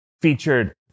featured